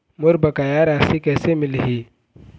मोर बकाया राशि कैसे मिलही?